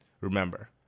remember